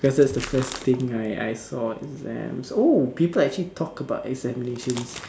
versus the first thing I I saw and then oh people actually talk about examinations